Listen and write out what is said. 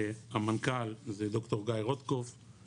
המנכ"ל זה ד"ר גיא רוטקופף,